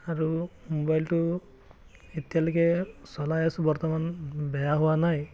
আৰু মোবাইলটো এতিয়ালৈকে চলাই আছো বৰ্তমান বেয়া হোৱা নাই